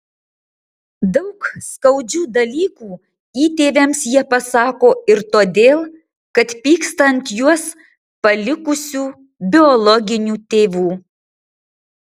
daug skaudžių dalykų įtėviams jie pasako ir todėl kad pyksta ant juos palikusių biologinių tėvų